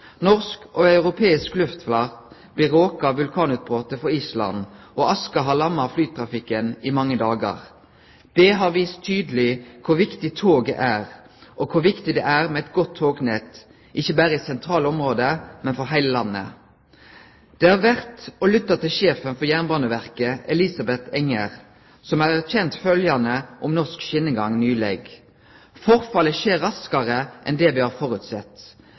Norsk og europeisk luftfart blir råka av vulkanutbrotet på Island, og oska har lamma flytrafikken i mange dagar. Det har vist tydeleg kor viktig toget er og kor viktig det er med eit godt tognett, ikkje berre i sentrale område, men for heile landet. Det er verdt å lytte til sjefen for Jernbaneverket, Elisabeth Enger, som har erkjent følgjande om norsk skinnegang nyleg: «Forfallet skjer raskere enn det vi har forutsett.